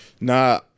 Nah